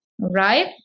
right